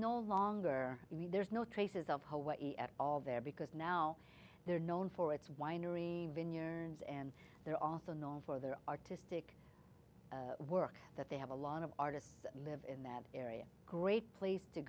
no longer i mean there's no traces of hawaii at all there because now they're known for its winery even yearns and they're also known for their artistic work that they have a lot of artists live in that area great place to